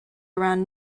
around